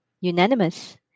Unanimous